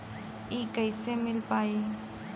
इ कईसे मिल पाई?